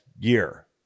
year